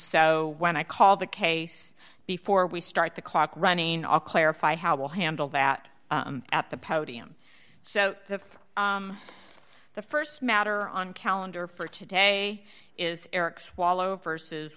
so when i call the case before we start the clock running all clarify how we'll handle that at the podium so if the st matter on calendar for today is eric swallow versus